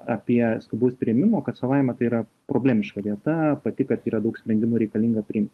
apie skubaus priėmimo kad savaime tai yra problemiška vieta pati kad yra daug sprendimų reikalinga priim